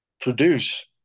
produce